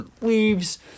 leaves